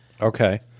Okay